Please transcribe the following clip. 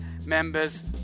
members